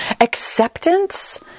Acceptance